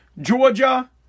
Georgia